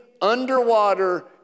underwater